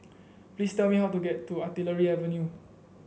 please tell me how to get to Artillery Avenue